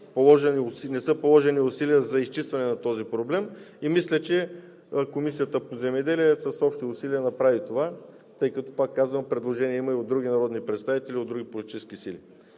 не са положени усилия за изчистване на този проблем и мисля, че Комисията по земеделието с общи усилия направи това, тъй като, пак казвам, предложение има и от други народни представители от други политически сили.